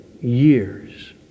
years